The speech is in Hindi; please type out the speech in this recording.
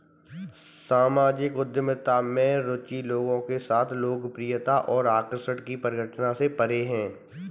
सामाजिक उद्यमिता में रुचि लोगों के साथ लोकप्रियता और आकर्षण की परिघटना से परे है